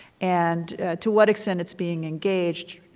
and to what extent it's being engaged,